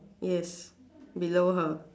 yes below her